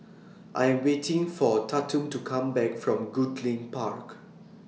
I Am waiting For Tatum to Come Back from Goodlink Park